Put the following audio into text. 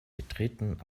betreten